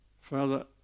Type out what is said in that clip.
Father